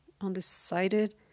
undecided